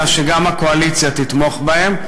אלא שגם הקואליציה תתמוך בהם.